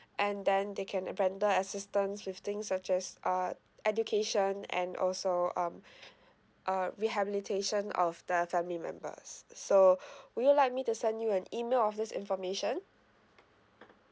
and then they can render assistance with things such as uh education and also um uh rehabilitation of the family members so would you like me to send you an email of this information